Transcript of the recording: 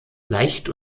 leicht